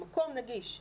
המקום נגיש וזמין.